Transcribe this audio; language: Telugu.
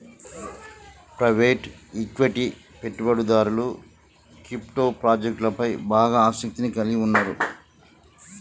ప్రైవేట్ ఈక్విటీ పెట్టుబడిదారులు క్రిప్టో ప్రాజెక్టులపై బాగా ఆసక్తిని కలిగి ఉన్నరు